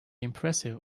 impressive